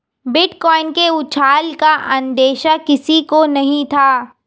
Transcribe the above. bitcoin के उछाल का अंदेशा किसी को नही था